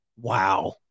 Wow